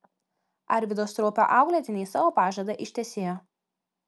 arvydo straupio auklėtiniai savo pažadą ištesėjo